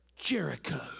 Jericho